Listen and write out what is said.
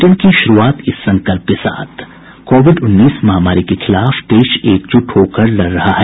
bulletin की शुरूआत इस संकल्प के साथ कोविड उन्नीस महामारी के खिलाफ देश एकजुट होकर लड़ रहा है